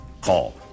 Call